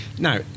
Now